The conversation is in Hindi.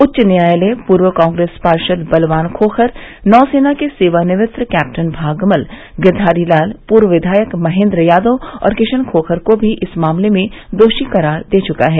उच्च न्यायालय पूर्व कांग्रेस पार्षद बलवान खोखर नौसेना के सेवानिवृत्त कैप्टन भागमल गिरवारी लाल पूर्व विधायक महेन्द्र यादव और किशन खोखर को भी इस मामले में दोषी करार दे चुका है